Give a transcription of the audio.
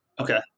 Okay